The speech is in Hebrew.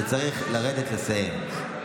משפט לסיום.